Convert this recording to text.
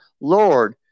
Lord